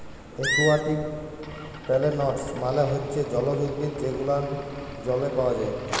aquatic plants মালে হচ্যে জলজ উদ্ভিদ যে গুলান জলে পাওয়া যায়